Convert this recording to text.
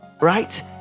right